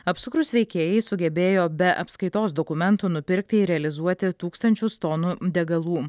apsukrūs veikėjai sugebėjo be apskaitos dokumentų nupirkti ir realizuoti tūkstančius tonų degalų